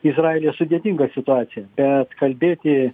ji savaime sudėtinga situacija bet kalbėti